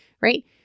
right